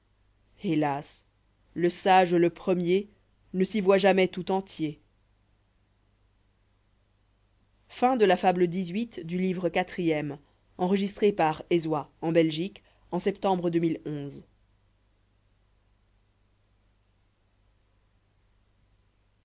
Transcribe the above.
hélas le sage le premier ne s'v voit jamais tout entier